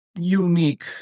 unique